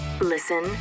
Listen